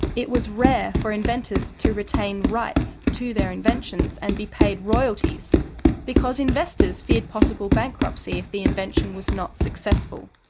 it was rare for inventors to retain rights to their inventions and be paid royalties because investors feared possible bankruptcy if the invention was not successful.